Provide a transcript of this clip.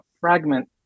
fragment